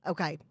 Okay